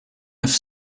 neuf